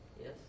yes